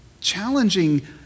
challenging